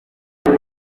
hano